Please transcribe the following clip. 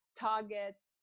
targets